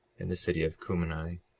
and the city of cumeni,